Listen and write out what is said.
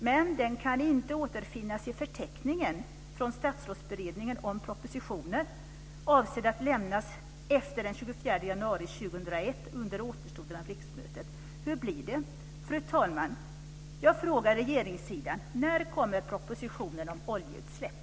Men den kan inte återfinnas i förteckningen från Statsrådsberedningen över propositioner avsedda att lämnas efter den 24 januari 2001 under återstoden av riksmötet. Hur blir det? Fru talman! Jag frågar regeringssidan: När kommer propositionen om oljeutsläpp?